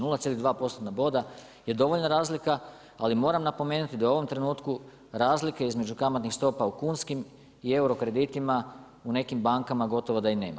0,2 postotna boda je dovoljna razlika ali moram napomenuti da u ovom trenutku razlike između kamatnih stopa u kunskim i euro kreditima u nekim bankama gotovo da i nema.